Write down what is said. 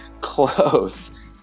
close